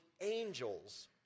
angels